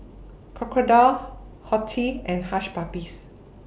Crocodile Horti and Hush Puppies